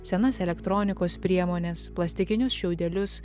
senas elektronikos priemones plastikinius šiaudelius